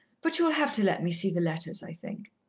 but you'll have to let me see the letters, i think.